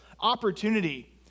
opportunity